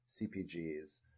CPGs